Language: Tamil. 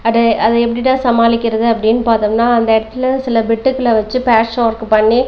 அதை அதை எப்படிடா சமாளிக்கிறது அப்டினு பார்த்தம்னா அந்த இடத்துல சில பிட்டுக்கள வச்சு பேட்ச் வொர்க்கு பண்ணி